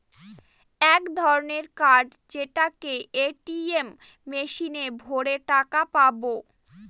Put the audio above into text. এক ধরনের কার্ড যেটাকে এ.টি.এম মেশিনে ভোরে টাকা পাবো